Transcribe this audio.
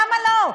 למה לא?